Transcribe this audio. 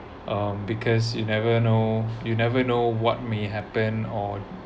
um because you never know you never know what may happen or